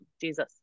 Jesus